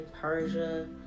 Persia